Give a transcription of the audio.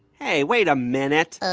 hey, wait a minute. ah